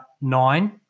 nine